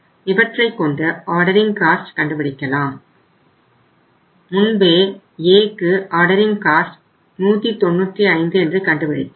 இவற்றைக் கொண்டு ordering cost 195 என்று கண்டுபிடித்தோம்